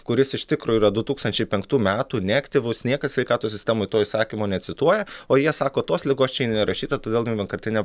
kuris iš tikro yra du tūkstančiai penktų metų neaktyvus niekas sveikatos sistemoj to įsakymo necituoja o jie sako tos ligos čia nerašyta todėl vienkartinė